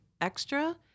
extra